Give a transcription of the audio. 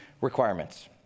requirements